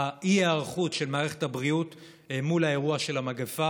אי-היערכות של מערכת הבריאות מול האירוע של המגפה.